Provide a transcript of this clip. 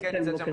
אני איתכם.